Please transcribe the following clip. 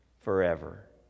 forever